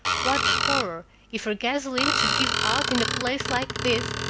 what horror if her gasoline should give out in a place like this,